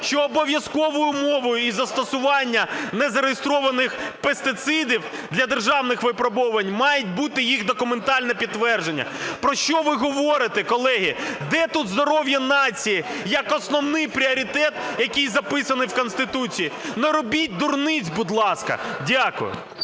що обов'язковою умовою застосування не зареєстрованих пестицидів для державних випробовувань має бути їх документальне підтвердження. Про що ви говорите, колеги? Де тут здоров'я нації як основний пріоритет, який записаний в Конституції? Не робіть дурниць, будь ласка. Дякую.